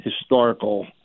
historical